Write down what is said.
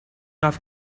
off